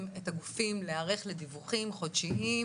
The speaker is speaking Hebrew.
את הגופים להיערך לדיווחים חודשיים,